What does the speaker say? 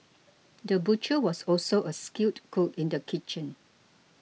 the butcher was also a skilled cook in the kitchen